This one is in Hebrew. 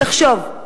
תחשוב,